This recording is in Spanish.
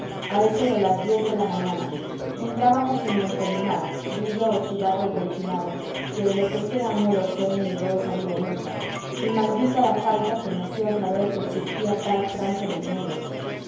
a eso de las diez de la mañana entrábamos en montelimart villa o ciudad del delfinado que lo que sea no lo sé ni lo he sabidonunca y maldita la falta que me hacía saber que existía tal francia en el mundo